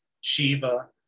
Shiva